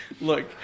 Look